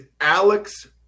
Alex